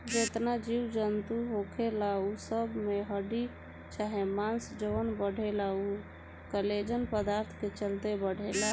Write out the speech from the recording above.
जेतना जीव जनतू होखेला उ सब में हड्डी चाहे मांस जवन बढ़ेला उ कोलेजन पदार्थ के चलते बढ़ेला